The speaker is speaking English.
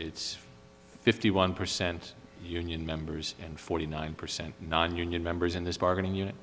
it's fifty one percent union members and forty nine percent non union members in this bargaining unit